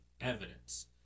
evidence